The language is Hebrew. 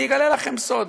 אני אגלה לכם סוד: